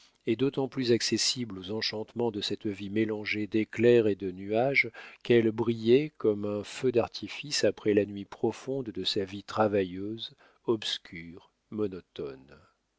et d'autant plus accessible aux enchantements de cette vie mélangée d'éclairs et de nuages qu'elle brillait comme un feu d'artifice après la nuit profonde de sa vie travailleuse obscure monotone